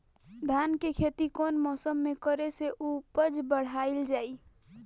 धान के खेती कौन मौसम में करे से उपज बढ़ाईल जाई?